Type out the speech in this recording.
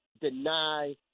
deny